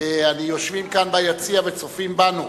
היושבים כאן ביציע וצופים בנו.